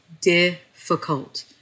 difficult